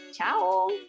ciao